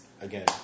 again